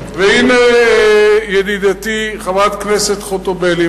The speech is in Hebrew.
והנה ידידתי חברת הכנסת חוטובלי,